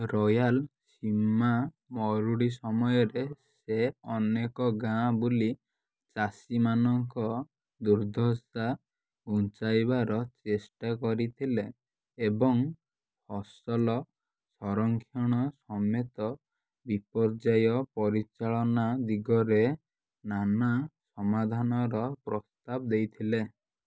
royal ସୀମା ମରୁଡ଼ି ସମୟରେ ସେ ଅନେକ ଗାଁ ବୁଲି ଚାଷୀ ମାନଙ୍କ ଦୁର୍ଦ୍ଦଶା ଘୁଞ୍ଚାଇବାର ଚେଷ୍ଟା କରିଥିଲେ ଏବଂ ଫସଲ ସଂରକ୍ଷଣ ସମେତ ବିପର୍ଯ୍ୟୟ ପରିଚାଳନା ଦିଗରେ ନାନା ସମାଧାନର ପ୍ରସ୍ତାବ ଦେଇଥିଲେ